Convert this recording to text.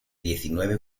diecinueve